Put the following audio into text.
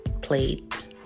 plate